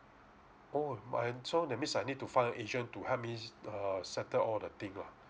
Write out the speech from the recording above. oh my and so that means I need to find an agent to help me uh settle all the thing lah